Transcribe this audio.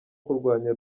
kurwanya